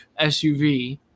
SUV